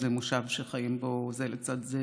זה מושב שחיים בו זה לצד זה